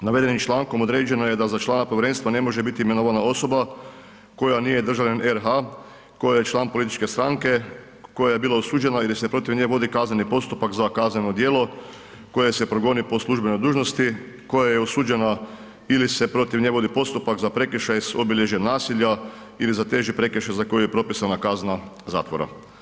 Navedenim člankom određeno je za člana povjerenstva ne može biti imenovana osoba koja nije državljanin RH, koja je član političke stranke, koja je bila osuđena ili se protiv nje vodi kazneni postupak za kazneno djelo koje se progoni po službenoj dužnosti, koja je osuđena ili se protiv nje vodi postupak za prekršaj s obilježjem nasilja ili za teži prekršaj za koji je propisana kazna zatvora.